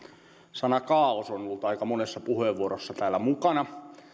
sana kaaos on ollut aika monessa puheenvuorossa täällä mukana